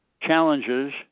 challenges